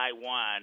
Taiwan